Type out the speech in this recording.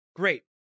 Great